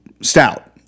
stout